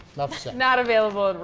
not available.